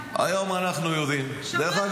היום אנחנו יודעים --- שמענו.